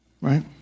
Right